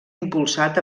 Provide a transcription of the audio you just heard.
impulsat